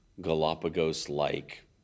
Galapagos-like